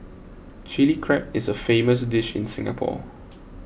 Chilli Crab is a famous dish in Singapore